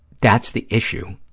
that's the issue,